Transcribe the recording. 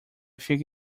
think